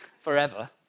Forever